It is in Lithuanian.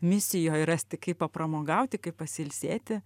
misijoj rasti kai papramogauti kaip pasiilsėti